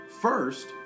First